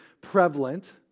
prevalent